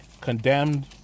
condemned